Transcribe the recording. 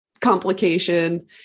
complication